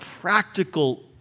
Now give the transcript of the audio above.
practical